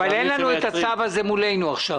אבל אין את הצו הזה מולנו כרגע.